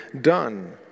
done